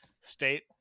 state